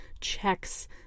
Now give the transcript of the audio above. checks